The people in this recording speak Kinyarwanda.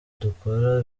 dukora